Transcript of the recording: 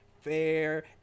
fair